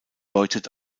deutet